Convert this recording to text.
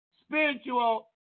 spiritual